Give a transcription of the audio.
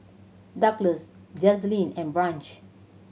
Douglas Jazlene and Branch